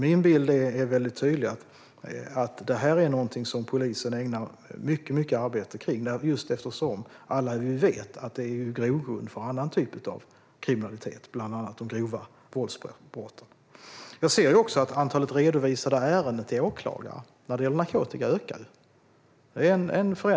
Min bild är mycket tydlig: Detta är någonting som polisen ägnar mycket arbete, eftersom vi alla vet att detta är en grogrund för annan typ av kriminalitet, bland annat grova våldsbrott. Jag ser också att antalet redovisade ärenden till åklagare när det gäller narkotika ökar.